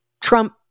Trump